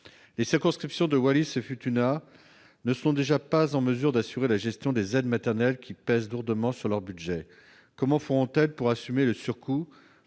Les circonscriptions de Wallis-et-Futuna ne sont déjà pas en mesure d'assurer la gestion des aides maternelles, qui pèse lourdement sur leur budget. Comment feront-elles pour assumer le surcoût ?